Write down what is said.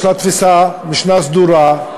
יש לה משנה סדורה,